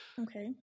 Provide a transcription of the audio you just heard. Okay